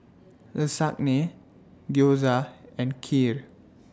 Lasagne Gyoza and Kheer